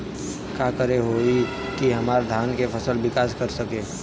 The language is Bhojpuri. का करे होई की हमार धान के फसल विकास कर सके?